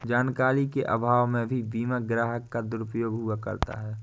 जानकारी के अभाव में भी बीमा ग्राहक का दुरुपयोग हुआ करता है